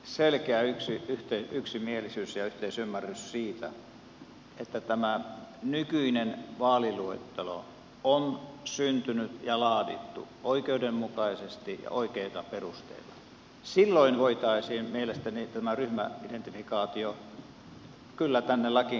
jos olisi selkeä yksimielisyys ja yhteisymmärrys siitä että tämä nykyinen vaaliluettelo on syntynyt ja laadittu oikeudenmukaisesti ja oikeilla perusteilla silloin voitaisiin mielestäni tämä ryhmäidentifikaatio kyllä tänne lakiin kirjoittaa